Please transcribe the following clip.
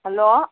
hello